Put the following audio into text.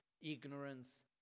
ignorance